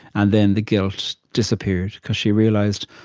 and then the guilt disappeared, because she realized,